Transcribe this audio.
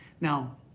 Now